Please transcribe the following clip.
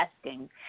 asking